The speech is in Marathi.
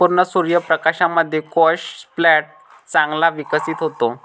संपूर्ण सूर्य प्रकाशामध्ये स्क्वॅश प्लांट चांगला विकसित होतो